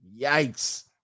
Yikes